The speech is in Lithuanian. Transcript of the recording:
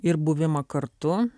ir buvimą kartu